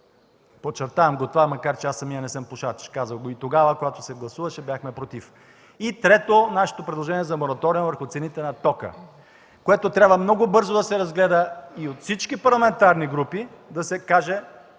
Подчертавам това, макар че аз самият не съм пушач. Казах го и тогава, когато се гласуваше. Бяхме „против”. И трето, нашето предложение за мораториум за цените на тока, което трябва много бързо да се разгледа и от всички парламентарни групи да се даде